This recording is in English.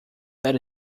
that